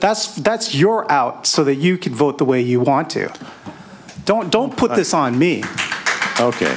that's that's your out so that you can vote the way you want to don't don't put this on me ok